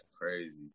crazy